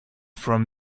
from